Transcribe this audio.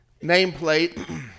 nameplate